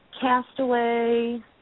Castaway